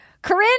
Corinne